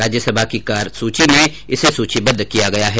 राज्यसभा की कार्य सूची में इसे सूचीबद्द किया गया है